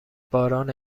باران